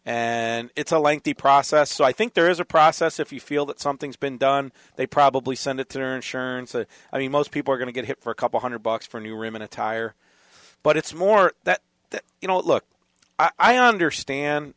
and it's a lengthy process so i think there is a process if you feel that something's been done they probably send it to their insurance and i mean most people are going to get it for a couple hundred bucks for a new room in a tire but it's more that you know look i understand